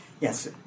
Yes